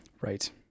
right